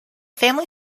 family